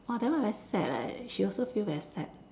!wah! that one very sad leh she also feel very sad